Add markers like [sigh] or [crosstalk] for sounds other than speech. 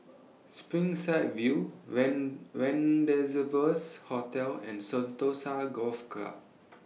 Springside View [unintelligible] Rendezvous Hotel and Sentosa Golf Club